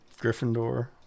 gryffindor